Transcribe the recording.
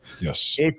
Yes